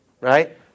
Right